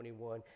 21